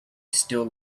still